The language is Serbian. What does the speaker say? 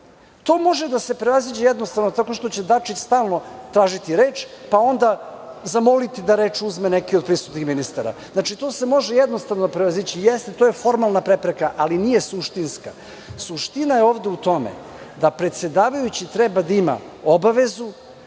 To može da se prevaziđe tako što će Dačić stalno tražiti reč, pa onda zamoliti da reč uzme neki od prisutnih ministara. To se može jednostavno prevazići. Jeste, to je formalna prepreka, ali nije suštinska. Suština je u tome da predsedavajući treba da ima obavezu